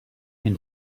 and